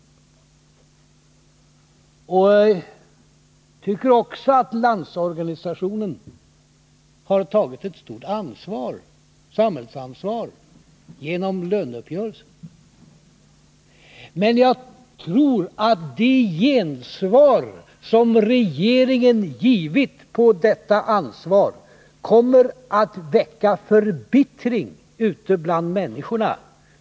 Jag tycker också att Landsorganisationen genom löneuppgörelsen har tagit ett stort samhällsansvar, men jag tror att det gensvar som regeringen givit på detta kommer att väcka förbittring ute bland människorna.